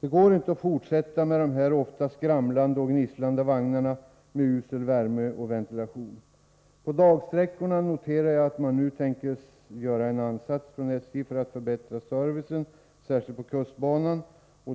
Det går inte att fortsätta med de här ofta skramlande och gnisslande vagnarna med usel värme och ventilation. Jag noterar att SJ nu tänker göra en ansats för att förbättra servicen på dagsträckorna, särskilt på kustbanan.